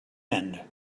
end